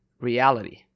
reality